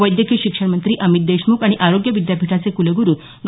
वैद्यकीय शिक्षण मंत्री अमित देशम्ख आणि आरोग्य विद्यापीठाचे कुलगुरू डॉ